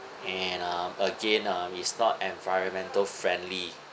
and uh again um its's not environmental friendly